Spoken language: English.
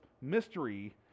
mystery